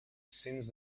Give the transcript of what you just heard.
since